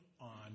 on